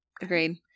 Agreed